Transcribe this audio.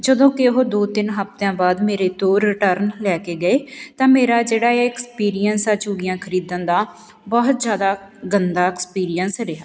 ਜਦੋਂ ਕਿ ਉਹ ਦੋ ਤਿੰਨ ਹਫ਼ਤਿਆਂ ਬਾਅਦ ਮੇਰੇ ਤੋਂ ਰਿਟਰਨ ਲੈ ਕੇ ਗਏ ਤਾਂ ਮੇਰਾ ਜਿਹੜਾ ਇਹ ਐਕਸਪੀਰੀਅੰਸ ਆ ਚੂੜੀਆਂ ਖਰੀਦਣ ਦਾ ਬਹੁਤ ਜ਼ਿਆਦਾ ਗੰਦਾ ਐਕਸਪੀਰੀਅੰਸ ਰਿਹਾ